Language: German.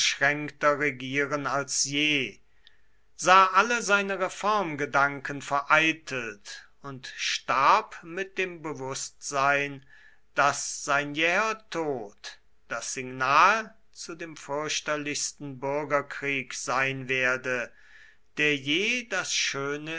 regieren als je sah alle seine reformgedanken vereitelt und starb mit dem bewußtsein daß seid jäher tod das signal zu dem fürchterlichsten bürgerkrieg sein werde der je das schöne